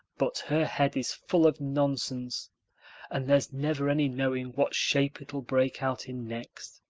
but her head is full of nonsense and there's never any knowing what shape it'll break out in next.